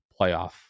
playoff